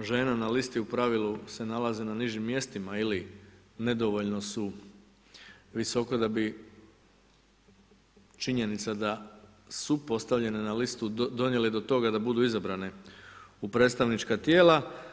žena na listi u pravilu se nalaze na nižim mjestima ili nedovoljno su visoko da bi činjenica da su postavljene na listu donijele do toga da budu izabrane u predstavnička tijela.